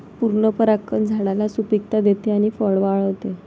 पूर्ण परागकण झाडाला सुपिकता देते आणि फळे वाढवते